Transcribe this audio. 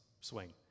swing